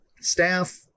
staff